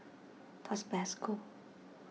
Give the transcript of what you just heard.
Tasbasco